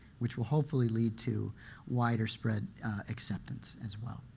which will hopefully lead to wider spread acceptance as well.